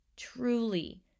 Truly